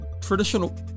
traditional